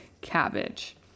cabbage